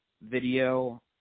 video –